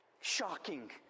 shocking